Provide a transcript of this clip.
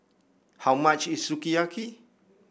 how much is Sukiyaki